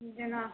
जेना